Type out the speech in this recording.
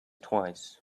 twice